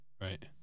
Right